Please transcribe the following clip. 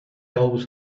always